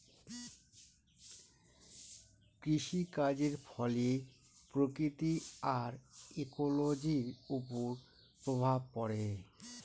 কৃষিকাজের ফলে প্রকৃতি আর ইকোলোজির ওপর প্রভাব পড়ে